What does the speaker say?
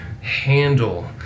handle